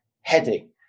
heading